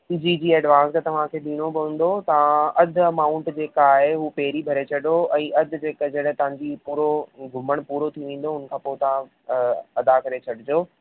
जी जी एडवांस त तव्हांखे ॾियणो पवंदो तव्हां अधु अमाउंट जेका आहे उहो पहिरीं भरे छॾो ऐं अधु जेका जॾहिं तव्हांजी पूरो घुमण पूरो थी वेंदो हुन खां पोइ तव्हां अदा करे छॾिजो